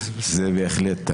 בהחלט.